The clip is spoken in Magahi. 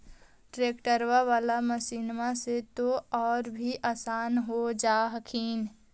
ट्रैक्टरबा बाला मसिन्मा से तो औ भी आसन हो जा हखिन?